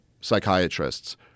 psychiatrists